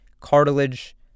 cartilage